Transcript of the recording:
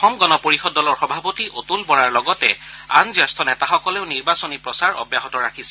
অসম গণ পৰিষদ দলৰ সভাপতি অতুল বৰাৰ লগতে আন জ্যেষ্ঠ নেতাসকলেও নিৰ্বাচনী প্ৰচাৰ অব্যাহত ৰাখিছে